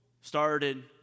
started